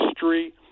history